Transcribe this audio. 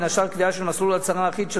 ובין השאר קביעה של מסלול הצהרה אחיד של